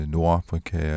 Nordafrika